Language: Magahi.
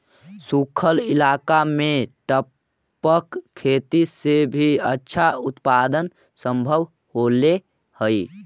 सूखल इलाका में टपक खेती से भी अच्छा उत्पादन सम्भव होले हइ